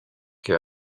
que